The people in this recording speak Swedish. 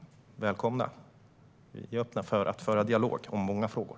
Välkomna! Vi är öppna att föra dialog om många frågor.